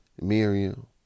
Miriam